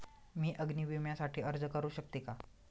मी अग्नी विम्यासाठी अर्ज करू शकते का?